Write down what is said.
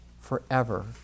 forever